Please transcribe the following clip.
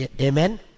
Amen